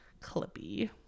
Clippy